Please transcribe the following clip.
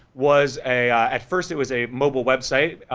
was a, at first it was a mobile website,